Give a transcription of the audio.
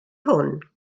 hwn